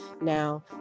now